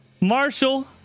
Marshall